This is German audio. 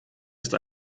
ist